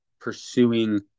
pursuing